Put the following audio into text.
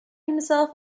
himself